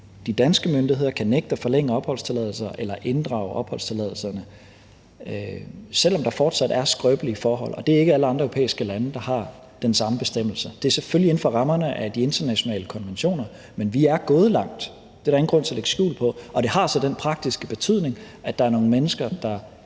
de danske myndigheder kan nægte at forlænge opholdstilladelser eller kan inddrage opholdstilladelser, selv om der fortsat er skrøbelige forhold, og det er ikke alle andre europæiske lande, der har den samme bestemmelse. Det er selvfølgelig inden for rammerne af de internationale konventioner, men vi er gået langt, det er der ingen grund til at lægge skjul på,